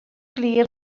glir